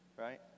Right